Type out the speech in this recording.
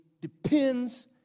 depends